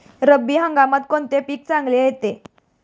रब्बी हंगामात कोणते पीक चांगले येते?